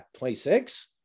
26